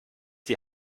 die